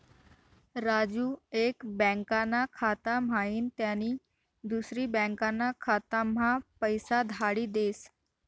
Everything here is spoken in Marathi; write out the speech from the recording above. राजू एक बँकाना खाता म्हाईन त्यानी दुसरी बँकाना खाताम्हा पैसा धाडी देस